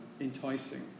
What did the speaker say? enticing